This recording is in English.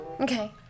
Okay